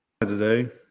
today